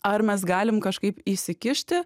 ar mes galim kažkaip įsikišti